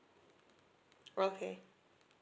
okay